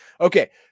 Okay